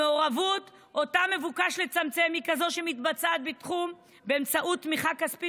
המעורבות שאותה מבוקש לצמצם היא כזו המתבצעת באמצעות תמיכה כספית